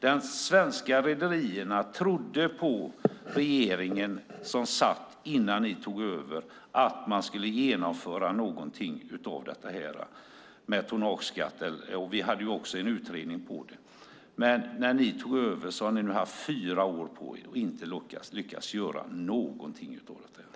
De svenska rederierna trodde på att regeringen som satt innan ni tog över skulle genomföra något av detta med tonnageskatt, och vi hade också en utredning på det. Ni har nu haft fyra år på er sedan ni tog över och har inte lyckats göra någonting av detta.